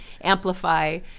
amplify